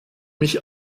mich